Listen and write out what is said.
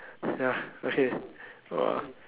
ya okay !wah!